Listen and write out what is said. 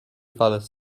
fellas